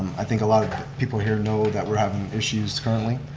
i think a lot of people here know that we're having issues currently,